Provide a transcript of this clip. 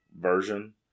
version